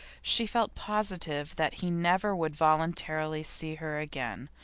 she felt positive that he never would voluntarily see her again,